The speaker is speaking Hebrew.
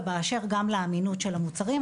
ובאשר גם לאמינות של המוצרים.